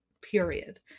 period